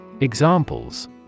Examples